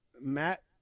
Matt